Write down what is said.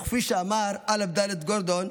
וכפי שאמר א"ד גורדון,